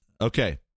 Okay